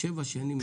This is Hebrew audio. שבע שנים.